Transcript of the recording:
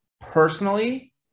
personally